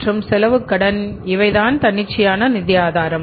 மற்றும் செலவு கடன் இவை தான் தன்னிச்சையான நிதிஆதாரம்